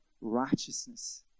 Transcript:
righteousness